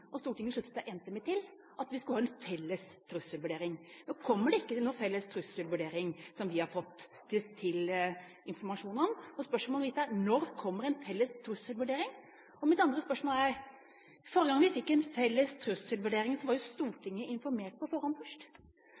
Stortinget sluttet seg enstemmig til, at vi skulle ha en felles trusselvurdering. Nå kommer det ikke noen felles trusselvurdering som vi har fått informasjon om. Mitt første spørsmål er: Når kommer en felles trusselvurdering? Forrige gang vi fikk en felles trusselvurdering, var jo Stortinget informert på